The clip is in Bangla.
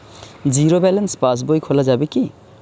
জীরো ব্যালেন্স পাশ বই খোলা যাবে কি?